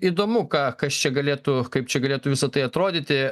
įdomu ką kas čia galėtų kaip čia galėtų visa tai atrodyti